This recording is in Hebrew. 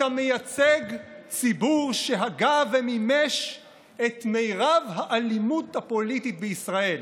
אתה מייצג ציבור שהגה ומימש את מרב האלימות הפוליטית בישראל".